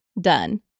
done